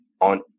on